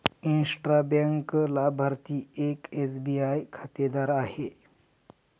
intra bank लाभार्थी एक SBI खातेधारक आहे